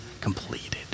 completed